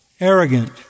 arrogant